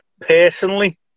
Personally